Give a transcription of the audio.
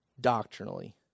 doctrinally